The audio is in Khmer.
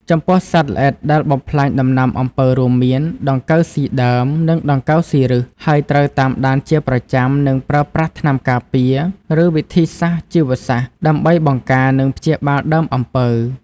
ចំពោះសត្វល្អិតដែលបំផ្លាញដំណាំអំពៅរួមមាន ដង្កូវស៊ីដើម និងដង្កូវស៊ីឫស ហើយត្រូវតាមដានជាប្រចាំ និងប្រើប្រាស់ថ្នាំការពារ ឬវិធីសាស្ត្រជីវសាស្រ្តដើម្បីបង្ការ និងព្យាបាលដើមអំពៅ។